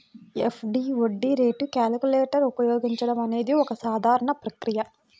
FD వడ్డీ రేటు calculator ఉపయోగించడం అనేది ఒక సాధారణ ప్రక్రియ